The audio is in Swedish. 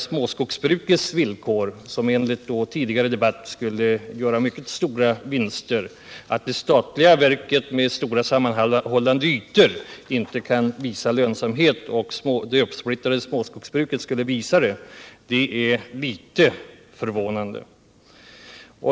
De små skogsbruken skulle enligt tidigare debatter göra mycket stora vinster, och det är litet förvånande att de statliga verken med stora sammanhållna ytor inte kan visa lönsamhet medan det uppsplittrade småskogsbruket skulle visa det.